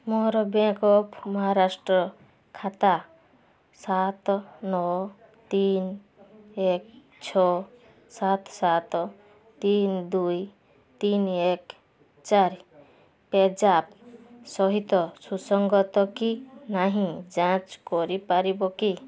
ମୋର bank of Maharashtra ଖାତା ସାତ ନଅ ତିନି ଏକ୍ ଛଅ ସାତ ସାତ ତିନି ଦୁଇ ତିନି ଏକ୍ ଚାରି ପେଜାପ୍ ସହିତ ସୁସଙ୍ଗତ କି ନାହିଁ ଯାଞ୍ଚ କରିପାରିବ କି